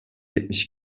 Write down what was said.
yetmiş